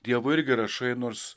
dievui irgi rašai nors